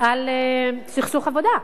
על סכסוך עבודה.